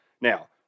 Now